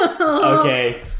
Okay